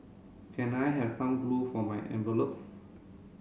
can I have some glue for my envelopes